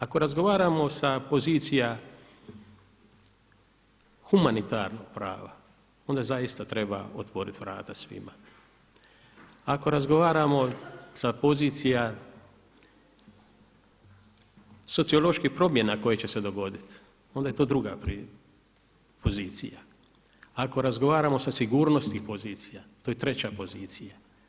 Ako razgovaramo sa pozicija humanitarnog prava onda zaista treba otvoriti vrata svima, ako razgovaramo sa pozicija socioloških promjena koje će se dogoditi onda je to druga pozicija, ako razgovaramo sa sigurnosnih pozicija to je treća pozicija.